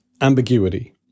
ambiguity